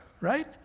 right